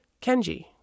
Kenji